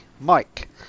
Mike